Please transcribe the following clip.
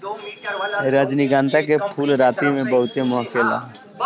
रजनीगंधा के फूल राती में बहुते महके ला